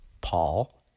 Paul